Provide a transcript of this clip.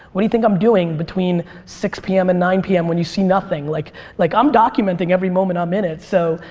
what do you think i'm doing between six pm and nine pm when you see nothing? like like i'm documenting every moment i'm in it. so